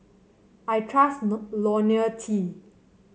I trust LoniL T